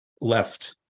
left